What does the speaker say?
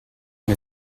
mit